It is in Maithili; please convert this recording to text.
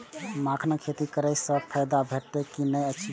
मखानक खेती करे स फायदा भेटत की नै अछि?